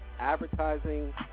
advertising